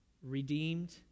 Redeemed